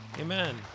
Amen